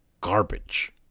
garbage